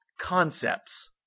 concepts